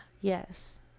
Yes